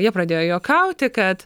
jie pradėjo juokauti kad